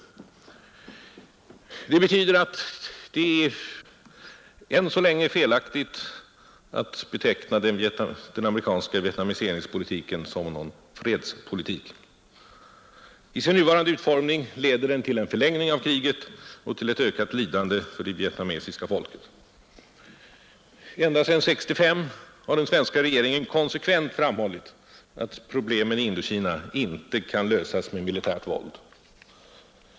Detta betyder att det än så länge är felaktigt att beteckna den amerikanska vietnamiseringspolitiken som någon fredspolitik. I sin nuvarande utformning leder den till en förlängning av kriget och till ett fortsatt lidande för det vietnamesiska folket. Ända sedan 1965 har den svenska regeringen konsekvent framhållit att problemen i Indokina inte kan lösas med militärt våld.